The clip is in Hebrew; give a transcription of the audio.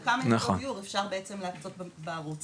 העניין של כמה יחידות דיור אפשר בעצם להקצות בערוץ